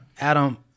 Adam